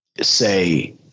say